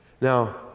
Now